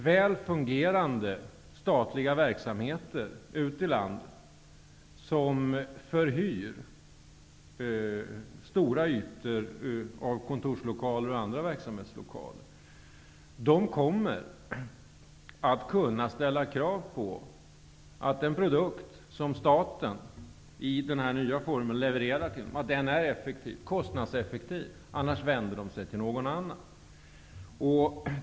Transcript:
Väl fungerande statliga verksamheter ute i landet, som förhyr stora ytor av kontorslokaler och andra lokaler, kommer att kunna ställa krav på att den produkt som staten i den nya formen levererar till dem är kostnadseffektiv. Om den inte är det, vänder de sig till någon annan.